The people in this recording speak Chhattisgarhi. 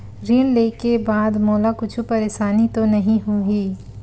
ऋण लेके बाद मोला कुछु परेशानी तो नहीं होही?